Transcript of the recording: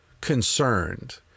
concerned